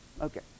Okay